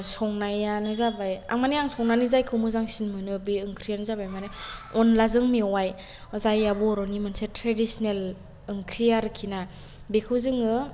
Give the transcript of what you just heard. संनायानो जाबाय आं मोने आं संनानै जायखौ मोजांसिन मोनो बे ओंख्रियानो जाबाय मोने अनलाजों मेवाइ जाया बर'नि मोनसे थ्रेदिसनेल ओंख्रि आरखि ना बेखौ जोङो